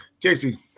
Casey